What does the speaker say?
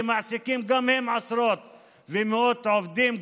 שמעסיקים גם הם עשרות ומאות עובדים,